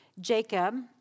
Jacob